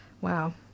Wow